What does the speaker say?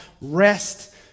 rest